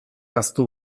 ahaztu